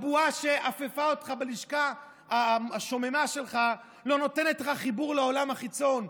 הבועה שאפפה אותך בלשכה השוממה שלך לא נותנת לך חיבור לעולם החיצון.